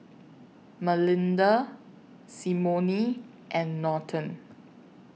Malinda Symone and Norton